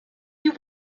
you